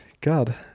God